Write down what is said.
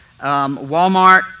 Walmart